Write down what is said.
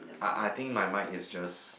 I I think my mind is just